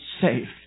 safe